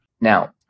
Now